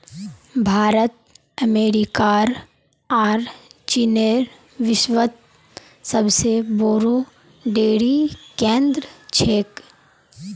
भारत अमेरिकार आर चीनेर विश्वत सबसे बोरो डेरी केंद्र छेक